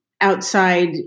outside